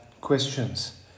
questions